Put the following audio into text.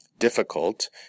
Difficult